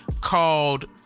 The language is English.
called